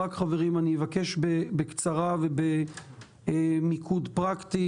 רק חברים, אני מבקש בקצרה ובמיקוד פרקטי.